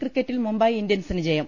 ക്രിക്കറ്റിൽ മുംബൈ ഇന്ത്യൻസിന് ജയം